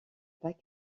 pas